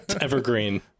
evergreen